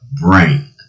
brain